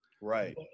Right